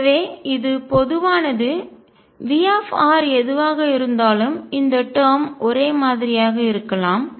எனவே இது பொதுவானது V எதுவாக இருந்தாலும் இந்த டேர்ம் ஒரே மாதிரியாக இருக்கலாம்